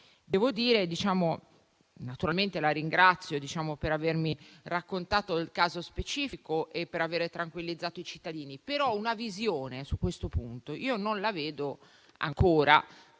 Sottosegretario, naturalmente la ringrazio per avermi illustrato il caso specifico e per aver tranquillizzato i cittadini, ma una visione su questo punto non la vedo ancora.